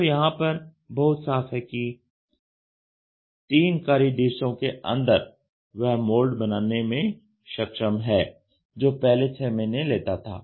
तो यहां पर यह बहुत साफ है कि 3 कार्य दिवसों के अंदर वह मोल्ड बनाने में सक्षम है जो पहले 6 महीने लेता था